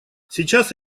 сейчас